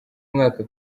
mwaka